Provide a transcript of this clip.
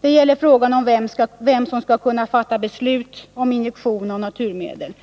Det gäller frågan om vem som skall kunna fatta beslut om injektion av naturläkemedel.